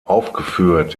aufgeführt